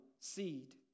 seed